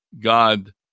god